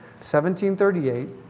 1738